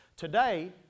Today